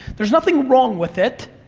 there's nothing wrong with it,